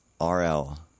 RL